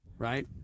Right